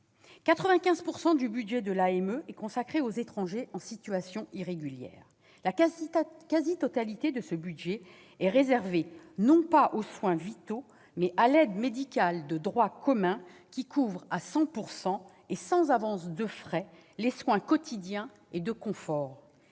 95 % du budget de l'AME est consacré aux étrangers en situation irrégulière, la quasi-totalité de ce budget est réservée, non pas aux soins vitaux, mais à l'aide médicale de droit commun, laquelle couvre, à 100 % et sans avance de frais, les soins quotidiens et de confort.